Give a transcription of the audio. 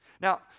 now